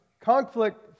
conflict